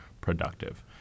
productive